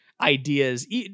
ideas